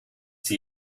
sie